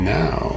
now